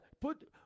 put